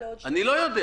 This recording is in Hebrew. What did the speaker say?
אני לא יודע.